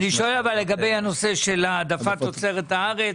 אבל אני שואל לגבי הנושא של העדפת תוצרת הארץ.